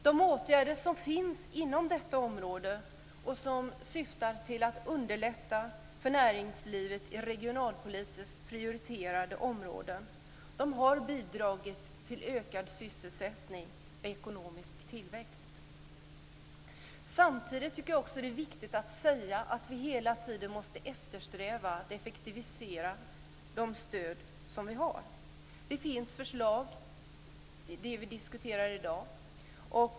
De åtgärder som finns inom detta område och som syftar till att underlätta för näringslivet i regionalpolitiskt prioriterade områden har bidragit till ökad sysselsättning och ekonomisk tillväxt. Samtidigt är det viktigt att säga att vi hela tiden måste eftersträva att effektivisera de stöd vi har. Det finns förslag. Det är det vi diskuterar i dag.